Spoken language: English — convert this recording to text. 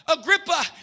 Agrippa